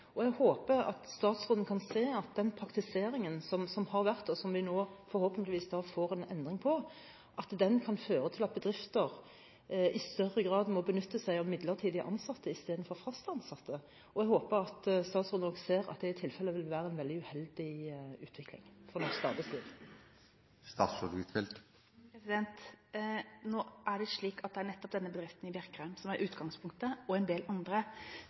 Jeg håper at statsråden kan se at den praktiseringen som har vært, og som vi nå forhåpentligvis får en endring på, kan føre til at bedrifter i større grad må benytte seg av midlertidig ansatte i stedet for fast ansatte. Jeg håper at statsråden også ser at det i tilfelle ville være en uheldig utvikling for norsk arbeidsliv. Nå er det slik at nettopp denne bedriften i Bjerkreim og en del andre er utgangspunktet for denne gjennomgangen fordi det tidligere kanskje kan ha vært en